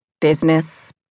Business